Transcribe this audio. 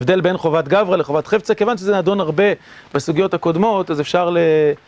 הבדל בין חובת גברא לחובת חפצא, כיוון שזה נדון הרבה בסוגיות הקודמות, אז אפשר ל...